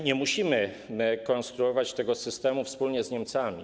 Nie musimy konstruować tego systemu wspólnie z Niemcami.